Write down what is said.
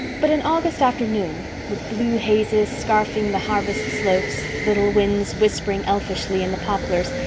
but an august afternoon, with blue hazes scarfing the harvest slopes, little winds whispering elfishly in the poplars,